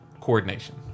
coordination